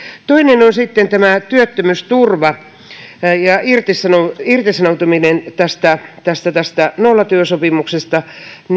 toinen on sitten tämä työttömyysturva ja irtisanoutuminen tästä tästä nollatyösopimuksesta